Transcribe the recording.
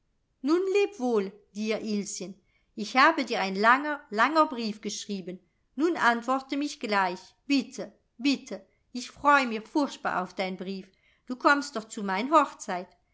nun leb wohl dear ilschen ich habe dir ein langer langer brief geschrieben nun antworte mich gleich bitte bitte ich freu mir furchtbar auf dein brief du kommst doch zu mein hochzeit